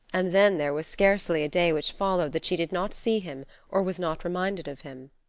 and then there was scarcely a day which followed that she did not see him or was not reminded of him.